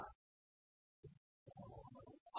B0 B0 J J